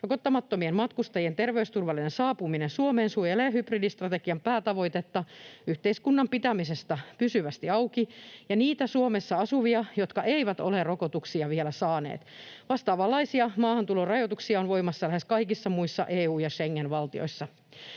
Rokottamattomien matkustajien terveysturvallinen saapuminen Suomeen suojelee hybridistrategian päätavoitetta yhteiskunnan pitämisestä pysyvästi auki ja niitä Suomessa asuvia, jotka eivät ole rokotuksia vielä saaneet. Vastaavanlaisia maahantulon rajoituksia on voimassa lähes kaikissa muissa EU- ja Schengen-valtioissa.